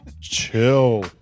Chill